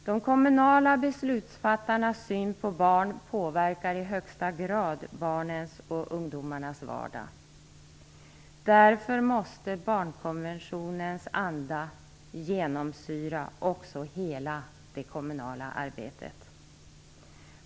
De kommunala beslutsfattarnas syn på barn påverkar i högsta grad barnens och ungdomarnas vardag. Därför måste barnkonventionens anda genomsyra också hela det kommunala arbetet.